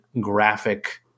graphic